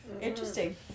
Interesting